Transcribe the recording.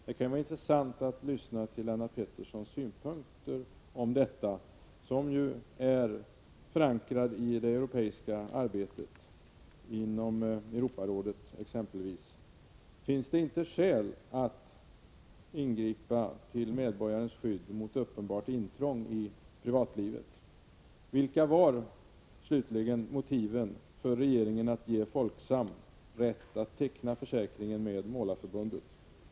Det skulle vara intressant att få höra Lennart Petterssons synpunkter på detta — han är ju förankrad i det europeiska arbetet, exempelvis inom Europarådet. Finns det inte skäl att ingripa till medborgarens skydd mot uppenbart intrång i privatlivet? Vilka var slutligen motiven till att regeringen gav Folksam rätt att teckna försäkringen med Målareförbundet?